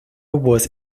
was